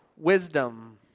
Wisdom